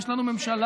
יש לנו ממשלה